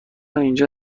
اینجا